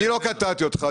אני לא קטעתי אותך,